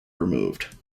removed